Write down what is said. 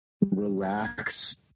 relax